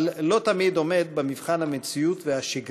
אבל לא תמיד עומד במבחן המציאות והשגרה.